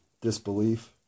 disbelief